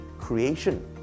creation